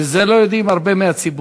ואת זה לא יודעים הרבה מהציבור,